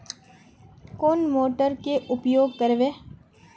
कौन मोटर के उपयोग करवे?